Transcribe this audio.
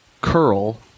curl